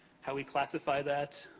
how we classify that.